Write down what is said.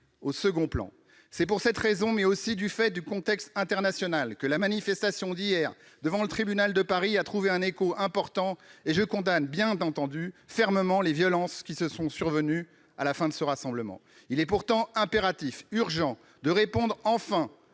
au second plan. C'est pour cette raison, mais aussi du fait du contexte international, que la manifestation d'hier devant le tribunal de Paris a trouvé un écho important. Je condamne bien entendu fermement les violences qui sont survenues à la fin de ce rassemblement. Il est pourtant impératif, voire urgent,